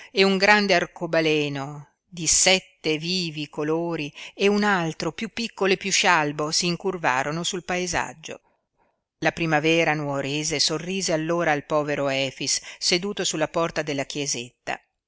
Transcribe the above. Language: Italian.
e un grande arcobaleno di sette vivi colori e un altro piú piccolo e piú scialbo s'incurvarono sul paesaggio la primavera nuorese sorrise allora al povero efix seduto sulla porta della chiesetta